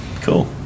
cool